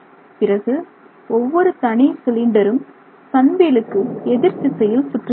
பிறகு ஒவ்வொரு தனி சிலிண்டரும் சன் வீலுக்கு எதிர்த்திசையில் சுற்றுகின்றன